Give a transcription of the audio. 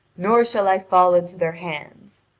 nor shall i fall into their hands.